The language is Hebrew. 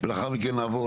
אנחנו אחרי לילות עמוסים.